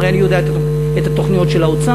הרי אני יודע את התוכניות של האוצר,